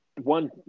one